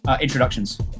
Introductions